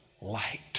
Light